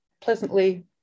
pleasantly